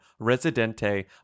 Residente